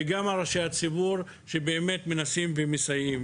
וכן ראשי הציבור שמנסים ומסייעים.